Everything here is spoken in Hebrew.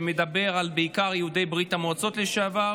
שמדבר בעיקר על יהודי ברית המועצות לשעבר.